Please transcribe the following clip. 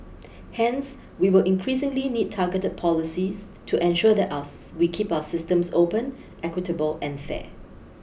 Hence we will increasingly need targeted policies to ensure that us we keep our systems open equitable and fair